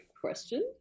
question